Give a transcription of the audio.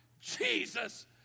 Jesus